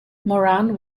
moran